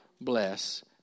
bless